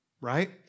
Right